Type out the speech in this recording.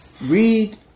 Read